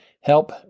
help